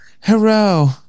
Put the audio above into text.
Hello